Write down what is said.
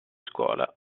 scuola